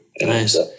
Nice